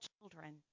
children